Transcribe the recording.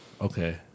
Okay